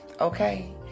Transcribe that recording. Okay